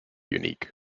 unique